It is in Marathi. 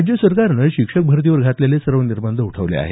राज्य सरकारनं शिक्षक भरतीवर घातलेले सर्व निर्बंध उठवले आहेत